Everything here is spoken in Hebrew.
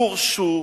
גורשו,